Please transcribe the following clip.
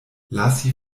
lasi